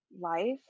life